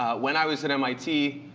when i was at mit,